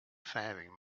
faring